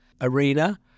arena